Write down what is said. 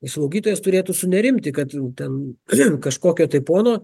ir slaugytojas turėtų sunerimti kad ten kažkokio tai pono